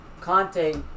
Conte